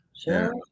Sure